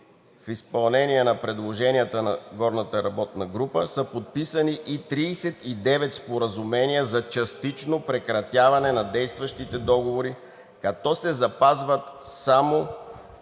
в изпълнение на предложенията на горната работна група са подписани 39 споразумения за частично прекратяване на действащите договори, като се запазват само